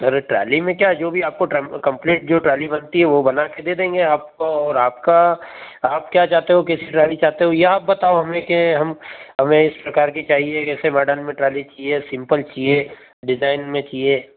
अरे ट्राली में क्या जो भी आपको ट्रम्प कंप्लीट जो ट्राली बनती है वो बना के दे देंगे आपको और आपका आप क्या चाहते हो कैसी ट्राली चाहते हो ये आप बताओ हमें के हम हमें इस प्रकार की चाहिए ऐसे मॉडल में ट्राली चाहिए या सिंपल चाहिए डिजाइन में चाहिए